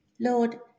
Lord